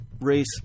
race